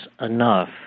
enough